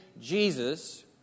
Jesus